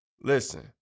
Listen